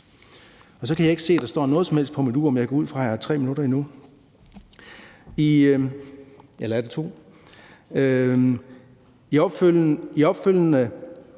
Så kan jeg ikke se, at der står noget som helst på mit ur, men jeg går ud fra, at jeg har 3 minutter endnu